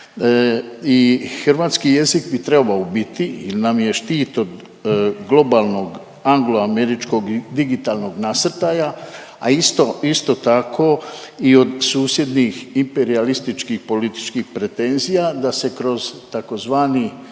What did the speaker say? I hrvatski jezik bi trebao biti ili nam je štit od globalnog anglo-američkog digitalnog nasrtaja a isto tako i od susjednih imperijalističkih političkih pretenzija da se kroz tzv.